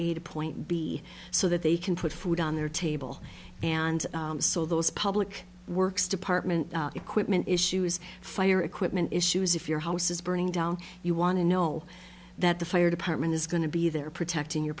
a to point b so that they can put food on their table and so those public works department equipment issues fire equipment issues if your house is burning down you want to know that the fire department is going to be there protecting your